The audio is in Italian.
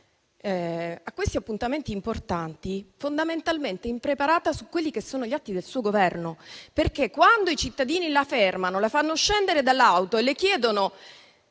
a questi appuntamenti importanti fondamentalmente impreparata sugli atti del suo Governo. Infatti, quando i cittadini la fermano, la fanno scendere dall'auto e le chiedono